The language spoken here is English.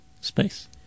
space